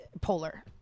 polar